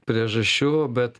priežasčių bet